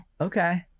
Okay